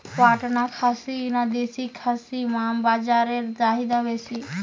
পাটনা খাসি না দেশী খাসির মাংস বাজারে চাহিদা বেশি?